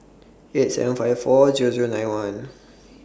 eight seven five four Zero Zero nine one